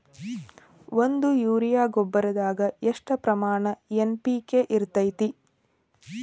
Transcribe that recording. ಒಂದು ಯೂರಿಯಾ ಗೊಬ್ಬರದಾಗ್ ಎಷ್ಟ ಪ್ರಮಾಣ ಎನ್.ಪಿ.ಕೆ ಇರತೇತಿ?